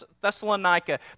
Thessalonica